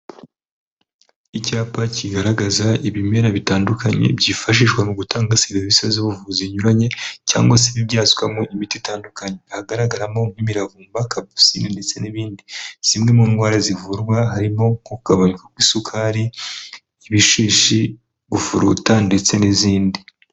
Icyapa kigaragaza ibimera bitandukanye byifashishwa mu gutanga serivisi z'ubuvuzi zinyuranye, cyangwa se ibibyazwamo imiti itandukanye, hagaragaramo nk'imiravumba, kapusine ndetse n'ibindi, zimwe mu ndwara zivurwa harimo kugabanuka kw'isukari, ibishishi, gufuruta ndetse n'izindi.